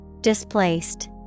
Displaced